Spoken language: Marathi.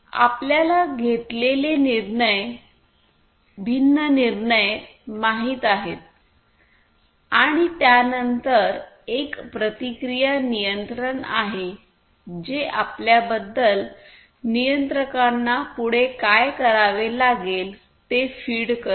आपल्याला घेतलेले भिन्न निर्णय माहित आहेत आणि त्यानंतर एक प्रतिक्रिया नियंत्रण आहे जे आपल्याबद्दल नियंत्रकांना पुढे काय करावे लागेल ते फीड करते